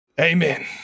Amen